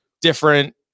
different